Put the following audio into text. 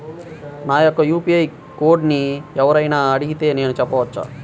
నా యొక్క యూ.పీ.ఐ కోడ్ని ఎవరు అయినా అడిగితే నేను చెప్పవచ్చా?